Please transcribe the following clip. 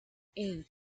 eight